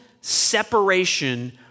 separation